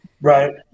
Right